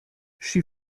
she